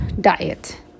diet